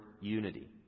unity